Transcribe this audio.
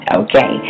okay